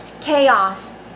chaos